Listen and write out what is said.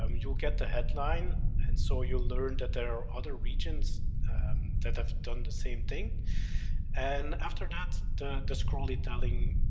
um you get the headline and so you learn that there are other regions that have done the same thing and after that the the scrollytelling